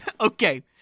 Okay